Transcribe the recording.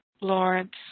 Lawrence